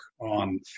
on